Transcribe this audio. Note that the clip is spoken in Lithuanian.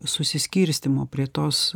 susiskirstymo prie tos